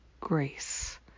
grace